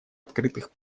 открытых